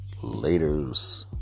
laters